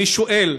אני שואל: